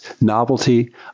novelty